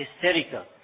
hysterical